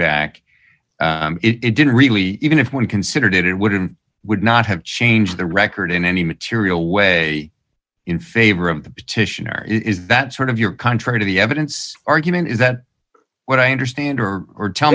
back it didn't really even if one considered it it wouldn't would not have changed the record in any material way in favor of the petitioner it is that's sort of your contrary to the evidence argument is that what i understand her or tell